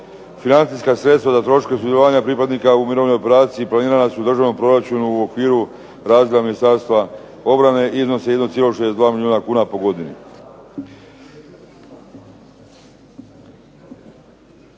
Financijska sredstva za troškove sudjelovanja pripadnika u mirovnoj operaciji planirana su u državnom proračunu u okviru razvoja Ministarstva obrane, iznosi 1,62 milijuna kuna po godini.